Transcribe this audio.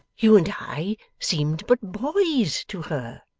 you and i seemed but boys to her